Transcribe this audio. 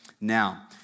now